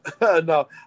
no